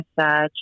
massage